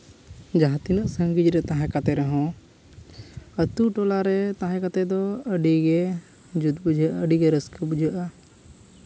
ᱡᱟᱦᱟᱸ ᱛᱤᱱᱟᱹᱜ ᱥᱟᱺᱜᱤᱧ ᱨᱮ ᱛᱟᱦᱮᱸ ᱠᱟᱛᱮᱫ ᱨᱮᱦᱚᱸ ᱟᱹᱛᱩ ᱴᱚᱞᱟᱨᱮ ᱛᱟᱦᱮᱸ ᱠᱟᱛᱮᱫ ᱫᱚ ᱟᱹᱰᱤᱜᱮ ᱡᱩᱛ ᱵᱩᱡᱷᱟᱹᱜᱼᱟ ᱟᱹᱰᱤᱜᱮ ᱨᱟᱹᱥᱠᱟᱹ ᱵᱩᱡᱷᱟᱹᱜᱼᱟ